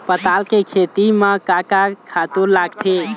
पताल के खेती म का का खातू लागथे?